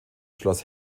schloss